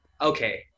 Okay